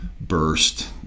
burst